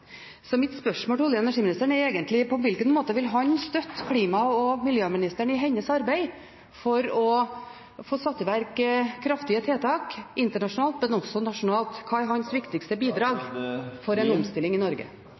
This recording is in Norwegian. Så mitt spørsmål til olje- og energiministeren er egentlig: På hvilken måte vil han støtte klima- og miljøministeren i hennes arbeid for å få satt i verk kraftige tiltak internasjonalt, men også nasjonalt? Hva er hans viktigste bidrag for en omstilling i Norge?